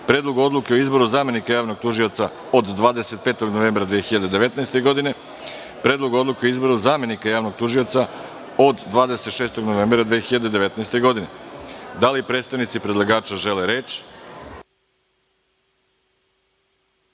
Predlogu odluke o izboru zamenika javnog tužioca od 25. novembra 2019. godine; Predlogu odluke o izboru zamenika javnog tužioca od 26. novembra 2019. godine. Da li predstavnici predlagača žele reč?